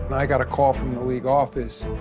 i got a call from the league office.